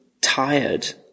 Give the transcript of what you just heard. tired